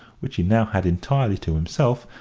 which he now had entirely to himself,